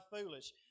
foolish